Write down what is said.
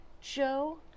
joe